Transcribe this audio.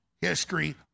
history